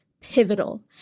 pivotal